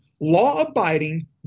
law-abiding